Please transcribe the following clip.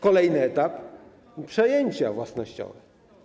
Kolejny etap: przejęcia własnościowe.